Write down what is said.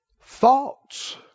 Thoughts